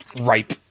ripe